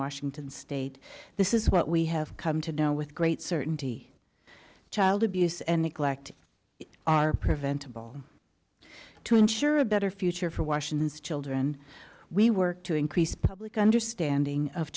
washington state this is what we have come to know with great certainty child abuse and neglect are preventable to ensure a better future for washington's children we work to increase public understanding of